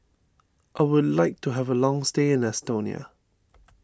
I would like to have a long stay in Estonia